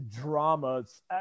dramas